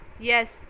Yes